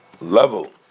level